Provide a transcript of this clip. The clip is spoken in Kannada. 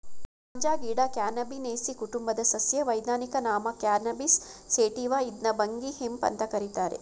ಗಾಂಜಾಗಿಡ ಕ್ಯಾನಬಿನೇಸೀ ಕುಟುಂಬದ ಸಸ್ಯ ವೈಜ್ಞಾನಿಕ ನಾಮ ಕ್ಯಾನಬಿಸ್ ಸೇಟಿವ ಇದ್ನ ಭಂಗಿ ಹೆಂಪ್ ಅಂತ ಕರೀತಾರೆ